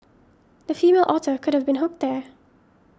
the female otter could have been hooked there